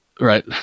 right